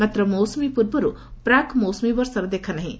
ମାତ୍ର ମୌସୁମୀ ପୂର୍ବରୁ ପ୍ରାକ୍ ମୌସୁମୀ ବର୍ଷାର ବି ଦେଖାନାହିଁ